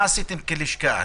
מה עשיתם כלשכה?